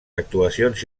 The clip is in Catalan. actuacions